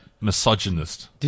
misogynist